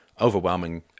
overwhelming